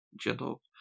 gentle